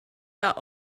that